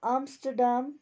Amsterdam